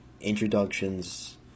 introductions